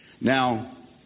Now